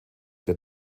der